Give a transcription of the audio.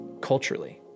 culturally